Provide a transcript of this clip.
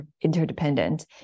interdependent